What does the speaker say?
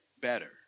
better